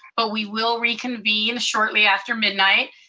but we will reconvene shortly after midnight.